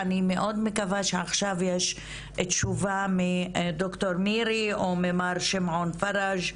אני מאוד מקווה שעכשיו יש תשובה מדוקטור מירי או ממר שמעון פרג'